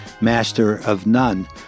master-of-none